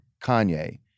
Kanye